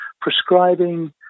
prescribing